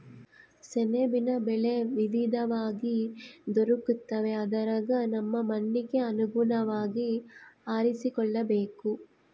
ಸೆಣಬಿನ ಬೆಳೆ ವಿವಿಧವಾಗಿ ದೊರಕುತ್ತವೆ ಅದರಗ ನಮ್ಮ ಮಣ್ಣಿಗೆ ಅನುಗುಣವಾಗಿ ಆರಿಸಿಕೊಳ್ಳಬೇಕು